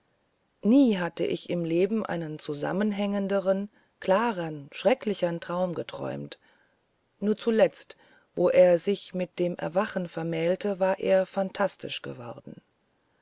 nie hatte ich im leben einen zusammenhängendern klarern schrecklichern traum geträumt nur zuletzt wo er sich mit dem erwachen vermählte war er phantastischer geworden